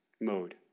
mode